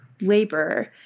labor